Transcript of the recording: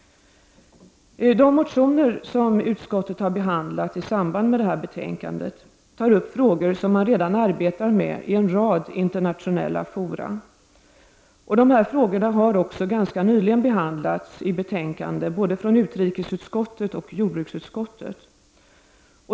De motioner som utskottet har behandlat i samband med det här betänkandet tar upp frågor som man redan arbetar med i en rad internationella fora. De här frågorna har också ganska nyligen behandlats i betänkanden från både utrikesutskottet och jordbruksutskottet.